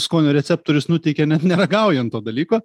skonio receptorius nuteikia net neragaujan to dalyko